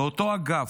באותו אגף,